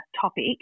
topic